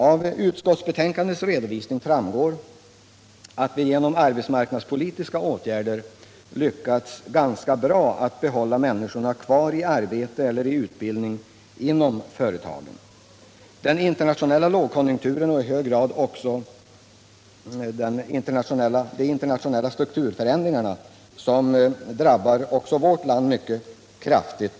Av utskottsbetänkandets redovisning framgår att vi genom arbetsmarknadspolitiska åtgärder lyckats ganska bra att behålla människor i arbete eller i utbildning inom företagen. Den internationella lågkonjunkturen liksom i hög grad de internationella strukturförändringarna drabbar också vårt land mycket kraftigt.